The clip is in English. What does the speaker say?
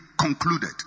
concluded